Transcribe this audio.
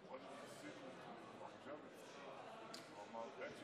להלן תוצאות ההצבעה: 53 בעד,